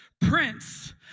prince